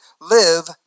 live